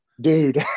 Dude